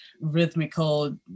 rhythmical